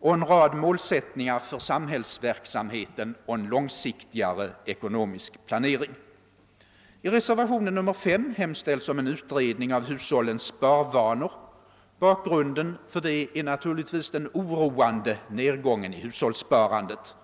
och målsättningar för samhällsverksamheten och en långsiktigare ekonomisk planering. I reservationen 5 hemställs om en utredning av hushållens sparvanor. Bakgrunden för det är naturligtvis den oroande nedgången i hushållssparandet.